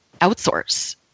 outsource